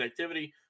connectivity